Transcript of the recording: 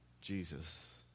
Jesus